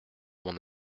mon